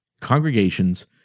congregations